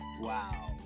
Wow